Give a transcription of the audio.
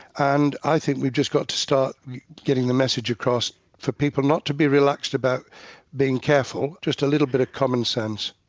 and i think we've just got to start getting the message across for people not to be relaxed about being careful, just a little bit of commonsense.